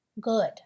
good